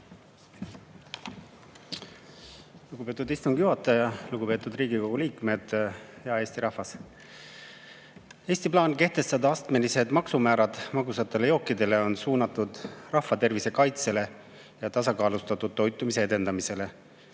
Lugupeetud istungi juhataja! Lugupeetud Riigikogu liikmed! Hea Eesti rahvas! Eesti plaan kehtestada astmelised maksumäärad magusatele jookidele on suunatud rahvatervise kaitsele ja tasakaalustatud toitumise edendamisele.